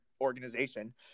organization